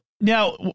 now